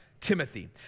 Timothy